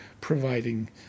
providing